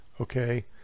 Okay